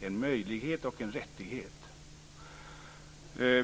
en möjlighet och en rättighet som det är frågan om.